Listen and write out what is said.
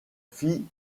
fit